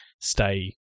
stay